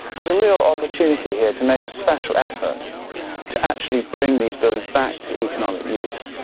there's a real opportunity here, to make a special effort to actually bring these buildings back to economic use.